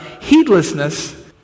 heedlessness